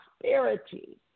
prosperity